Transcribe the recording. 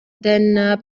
den